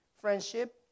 friendship